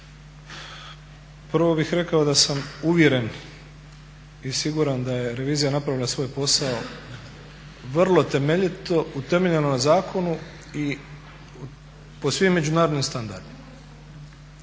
prvo bih rekao da sam uvjeren i siguran da je revizija napravila svoj posao vrlo temeljito utemeljeno na zakonu i po svim međunarodnim standardima.